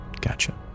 Gotcha